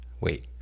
Wait